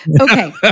Okay